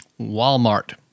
Walmart